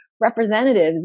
representatives